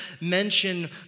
mention